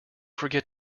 forget